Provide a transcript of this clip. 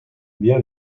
bien